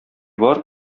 бар